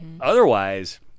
Otherwise